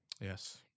Yes